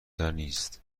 نیست